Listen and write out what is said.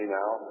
now